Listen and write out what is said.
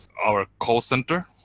our call center,